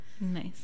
nice